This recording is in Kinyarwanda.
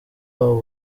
wabo